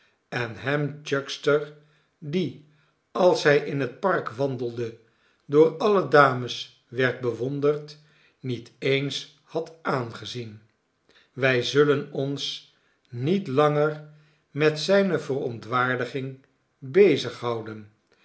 en hem chuckster die als hij in het park wandelde door alle dames werd bewonderd niet eens had aangezien wij zullen ons niet langer met zijne verontwaardiging